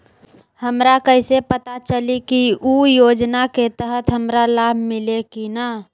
हमरा कैसे पता चली की उ योजना के तहत हमरा लाभ मिल्ले की न?